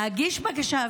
להגיש בקשה,